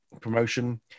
promotion